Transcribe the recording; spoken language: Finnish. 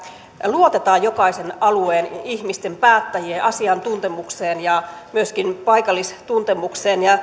luotetaan jokaisen alueen ihmisten päättäjien asiantuntemukseen ja myöskin paikallistuntemukseen